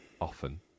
often